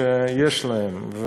שיש להם,